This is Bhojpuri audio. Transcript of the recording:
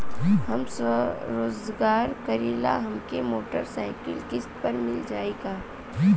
हम स्वरोजगार करीला हमके मोटर साईकिल किस्त पर मिल जाई का?